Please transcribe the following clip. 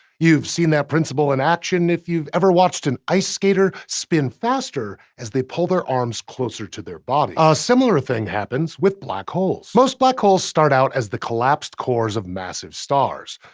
you've seen that principle in action if you've ever watched an ice skater spin faster as they pull their arms closer to their body. a similar thing happens with black holes. most black holes start out as the collapsed cores of massive stars.